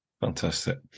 fantastic